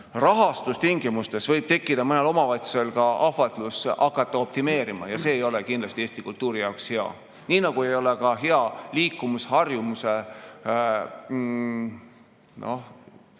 rahastustingimustes võib tekkida mõnel omavalitsusel ka ahvatlus hakata optimeerima ja see ei ole kindlasti Eesti kultuuri jaoks hea. Nii nagu ei ole ka hea liikumisharjumusest